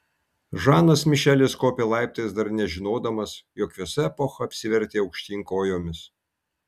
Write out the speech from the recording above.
žanas mišelis kopė laiptais dar nežinodamas jog visa epocha apsivertė aukštyn kojomis